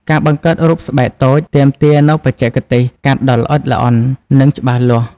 ការបង្កើតរូបស្បែកតូច ទាមទារនូវបច្ចេកទេសកាត់ដ៏ល្អិតល្អន់ និងច្បាស់លាស់។